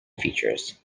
features